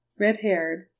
red-haired